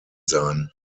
sein